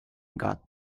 got